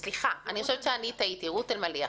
סליחה, אני חושבת שאני טעיתי, רות אלמליח.